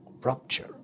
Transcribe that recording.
rupture